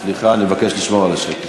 סליחה, אני מבקש לשמור על השקט.